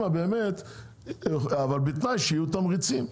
אבל בתנאי שיהיו תמריצים.